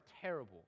terrible